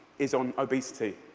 is on obesity,